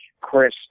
Chris